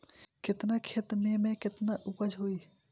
केतना खेत में में केतना उपज होई?